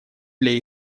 для